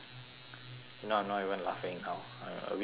now I'm not even laughing how I'm a bit tired to laugh